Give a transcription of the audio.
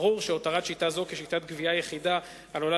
ברור שהותרת שיטת זו כשיטת הגבייה היחידה עלולה